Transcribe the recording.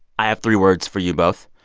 i have three words for you both.